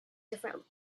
different